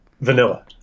vanilla